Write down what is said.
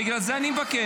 בגלל זה אני מבקש.